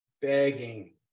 begging